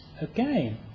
again